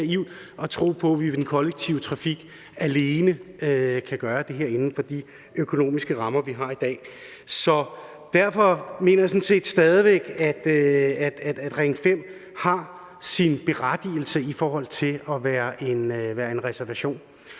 at tro, at den kollektive trafik alene kan gøre det her inden for de økonomiske rammer, vi har i dag. Derfor mener jeg sådan set stadig væk, at reservationen af Ring 5 har sin berettigelse. Vi er sådan set